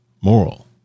moral